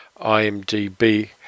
IMDB